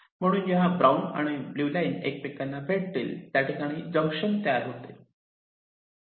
म्हणून जेव्हा ब्राउन आणि ब्लू लाईन एकमेकांना भेटतील त्या ठिकाणी जंक्शन तयार होते